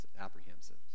apprehensive